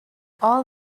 all